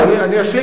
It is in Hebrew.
אני אשלים.